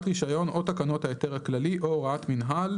רישיון או תקנות ההיתר הכללי או הוראת מינהל"